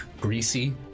greasy